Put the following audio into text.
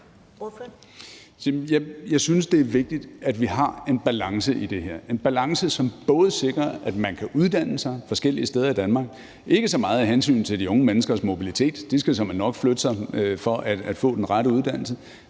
Jeg synes, det er vigtigt, at vi har en balance i det her, en balance, som sikrer, at man kan uddanne sig forskellige steder i Danmark. Det er ikke så meget af hensyn til de unge menneskers mobilitet, for de skal såmænd nok flytte sig for at få den rette uddannelse,